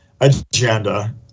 agenda